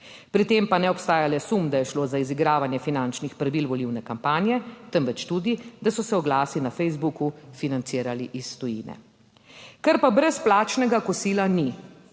pri tem pa ne obstaja le sum, da je šlo za izigravanje finančnih pravil volilne kampanje, temveč tudi, da so se oglasi na Facebooku financirali iz tujine. Ker pa brezplačnega kosila ni,